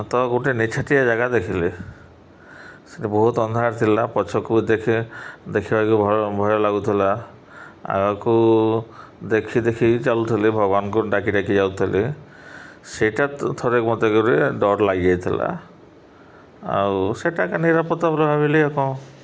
ତ ଗୋଟେ ନିଛାଟିଆ ଜାଗା ଦେଖିଲି ସେଠି ବହୁତ ଅନ୍ଧାର ଥିଲା ପଛକୁ ଦେଖେ ଦେଖିବାକୁ ଭ ଭୟ ଲାଗୁଥିଲା ଆଗକୁ ଦେଖି ଦେଖି ଚାଲୁଥିଲି ଭଗବାନଙ୍କୁ ଡାକି ଡାକି ଯାଉଥିଲି ସେଇଟା ଥରେ ମୋତେ କରେ ଡର ଲାଗିଯାଇଥିଲା ଆଉ ସେଇଟା ଏକା ନିରାପଦ ବୋଲି ଭାବିଲି ଆଉ କ'ଣ